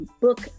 book